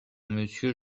monsieur